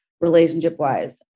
relationship-wise